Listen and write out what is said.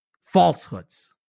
falsehoods